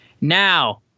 Now